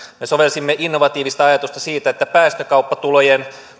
me sovelsimme innovatiivista ajatusta siitä että päästökauppatulojen